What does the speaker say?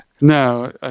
No